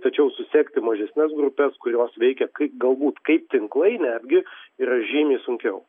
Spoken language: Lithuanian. tačiau susekti mažesnes grupes kurios veikia kai galbūt kaip tinklai netgi yra žymiai sunkiau